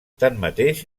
tanmateix